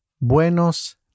Buenos